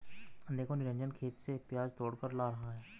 देखो निरंजन खेत से प्याज तोड़कर ला रहा है